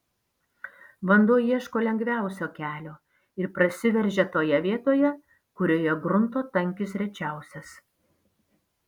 vanduo ieško lengviausio kelio ir prasiveržia toje vietoje kurioje grunto tankis rečiausias